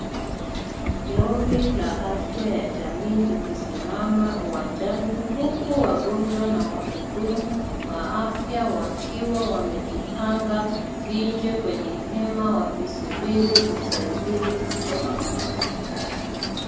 Lori la afya ya jamii likisimama uwanjani huku wagonjwa na wahudumu wa afya wakiwa wamejipanga nje kwenye hema wakisubiri usaidizi kutoka kwa madaktari.